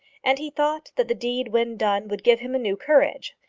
and he thought that the deed when done would give him a new courage.